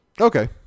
Okay